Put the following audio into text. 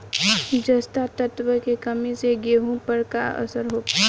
जस्ता तत्व के कमी से गेंहू पर का असर होखे?